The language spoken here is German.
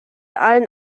allen